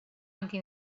anche